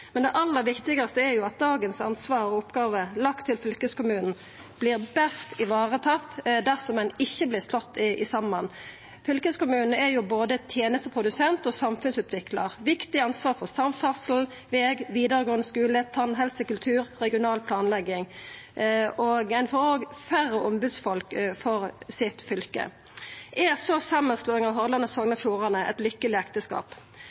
Men det aller viktigaste er at ansvar og oppgåver som i dag er lagde til fylkeskommunen, vert best varetatt dersom ein ikkje vert slått saman. Fylkeskommunen er både tenesteprodusent og samfunnsutviklar med viktig ansvar for samferdsel, veg, vidaregåande skule, tannhelse, kultur og regional planlegging. Ein får òg færre ombudsfolk for sitt fylke. Er så samanslåinga av Hordaland og Sogn